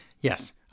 Yes